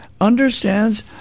understands